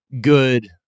good